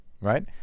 Right